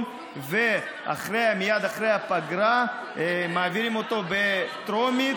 ומייד אחרי הפגרה מעבירים אותו בטרומית,